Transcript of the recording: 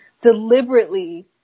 deliberately